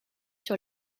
sur